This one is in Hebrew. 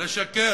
לשקר.